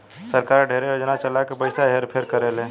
सरकार ढेरे योजना चला के पइसा हेर फेर करेले